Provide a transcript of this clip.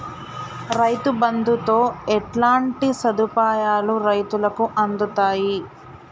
రైతు బంధుతో ఎట్లాంటి సదుపాయాలు రైతులకి అందుతయి?